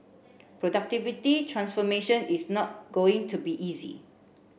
productivity transformation is not going to be easy